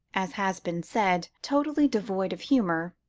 as has been said, totally devoid of humour,